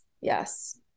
Yes